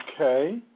Okay